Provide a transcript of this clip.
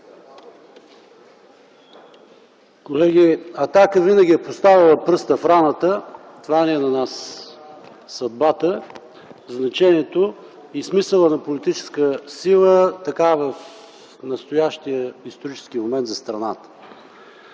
Колеги, „Атака” винаги е поставяла пръст в раната. Това ни е съдбата, значението и смисълът на политическа сила в настоящия исторически момент за страната.